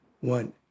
one